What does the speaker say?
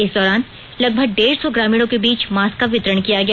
इस दौरान लगभग डेढ़ सौ ग्रामीणों के बीच मास्क का वितरण किया गया